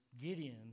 Gideon